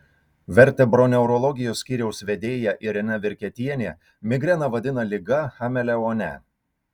vertebroneurologijos skyriaus vedėja irena virketienė migreną vadina liga chameleone